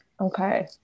okay